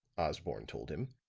osborne told him.